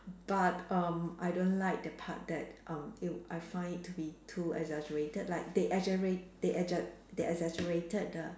but um I don't like the part that um it I find it to be too exaggerated like they egera~ they ege~ they exaggerated the